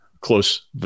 close